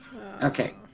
Okay